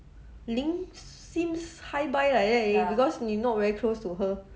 ling seems hi bye like that eh cause you not very close to her